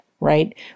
right